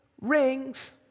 rings